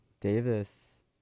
Davis